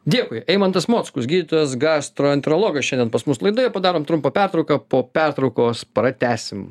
dėkui eimantas mockus gydytojas gastroenterologas šiandien pas mus laidoje padarom trumpą pertrauką po pertraukos pratęsim